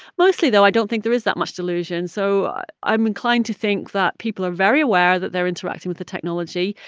mostly, though, i don't think there is that much delusion. so i'm inclined to think that people are very aware that they're interacting with the technology,